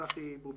צחי בובליל.